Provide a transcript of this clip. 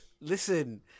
Listen